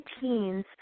teens